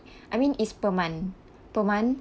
I mean is per month per month